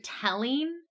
telling